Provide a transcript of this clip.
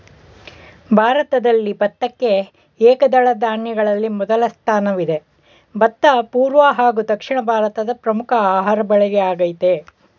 ಭಾರತದಲ್ಲಿ ಭತ್ತಕ್ಕೆ ಏಕದಳ ಧಾನ್ಯಗಳಲ್ಲಿ ಮೊದಲ ಸ್ಥಾನವಿದೆ ಭತ್ತ ಪೂರ್ವ ಹಾಗೂ ದಕ್ಷಿಣ ಭಾರತದ ಪ್ರಮುಖ ಆಹಾರ ಬೆಳೆಯಾಗಯ್ತೆ